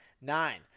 Nine